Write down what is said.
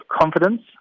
confidence